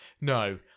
No